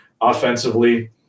offensively